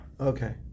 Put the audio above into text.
Okay